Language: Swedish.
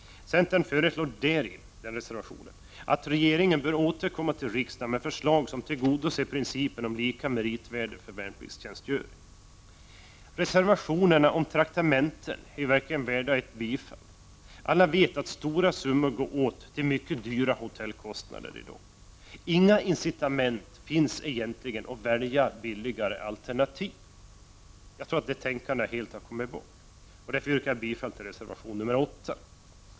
Centern föreslår i den reservationen att regeringen bör återkomma till riksdagen med förslag som tillgodoser principen om lika meritvärde för värnpliktstjänstgöring. Reservationerna om traktamenten är verkligen värda ett bifall. Alla vet att stora summor i dag går åt till mycket dyra hotellkostnader. Inga incitament finns egentligen för att välja ett billigare alternativ. Jag tror att detta helt har kommit bort i hanteringen. Därför yrkar jag bifall till reservation 8.